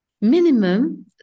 minimum